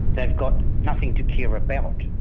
they've got nothing to care about.